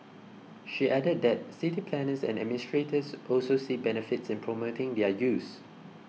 she added that city planners and administrators also see benefits in promoting their use